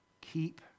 keep